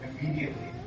immediately